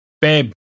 babe